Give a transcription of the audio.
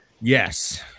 Yes